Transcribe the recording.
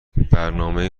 برنامه